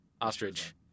ostrich